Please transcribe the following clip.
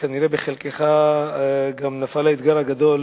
וכנראה בחלקך גם נפל האתגר הגדול